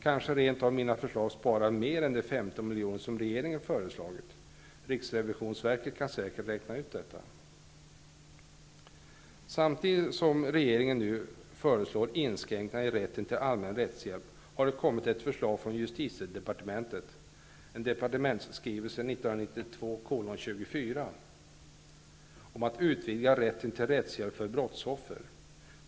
Kanske rentav mina förslag sparar mer än de 15 milj.kr. som regeringen föreslagit. Riksrevisionsverket kan säkert räkna ut detta. Samtidigt som regeringen nu föreslår inskränkningar i rätten till allmän rättshjälp har det kommit ett förslag från justitiedepartementet om att rätten till rättshjälp för brottsoffer skall utvidgas.